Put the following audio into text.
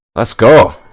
a score